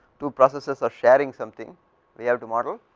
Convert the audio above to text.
two processes are sharing something we have to model